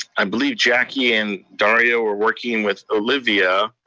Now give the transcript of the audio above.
i believe jackie and daria were working with olivia.